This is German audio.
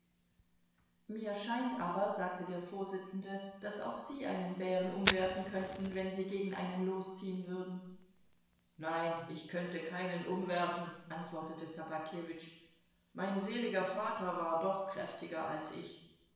mir scheint aber sagte der vorsitzende daß auch sie einen bären umwerfen könnten wenn sie gegen einen losziehen würden nein ich könnte keinen umwerfen antwortete ssobakewitsch mein seliger vater war doch kräftiger als ich